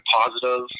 positive